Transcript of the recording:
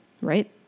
right